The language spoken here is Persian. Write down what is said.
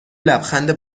لبخند